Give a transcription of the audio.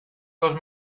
dos